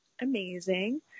amazing